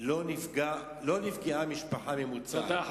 לא נפגעה משפחה ממוצעת,